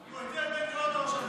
הוא הביא את בן-גוריון להיות ראש ממשלה.